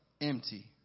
empty